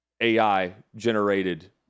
AI-generated